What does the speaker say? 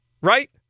right